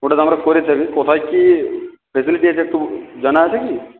ওটা তো আমরা করে থাকি কোথায় কী ফেসিলিটি আছে একটু জানা আছে কি